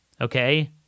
okay